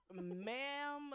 ma'am